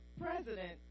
president